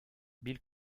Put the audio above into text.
bill